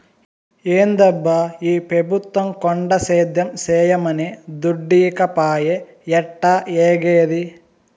ఏందబ్బా ఈ పెబుత్వం కొండ సేద్యం చేయమనె దుడ్డీకపాయె ఎట్టాఏగేది